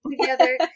together